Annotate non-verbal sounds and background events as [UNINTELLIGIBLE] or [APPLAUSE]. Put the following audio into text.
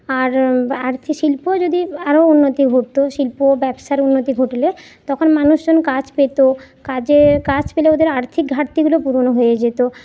আর [UNINTELLIGIBLE] শিল্প যদি আরো উন্নতি ঘটতো শিল্প ব্যবসার উন্নতি ঘটলে তখন মানুষজন কাজ পেত কাজের কাজ পেলে ওদের আর্থিক ঘাটতিগুলো পূরণ হয়ে যেত